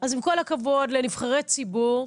אז עם כל הכבוד לנבחרי ציבור,